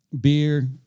beer